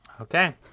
Okay